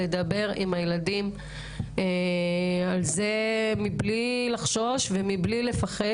לדבר עם הילדים על זה מבלי לחשוש ומבלי לפחד.